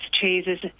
cheeses